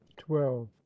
twelve